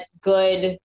good